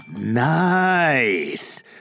Nice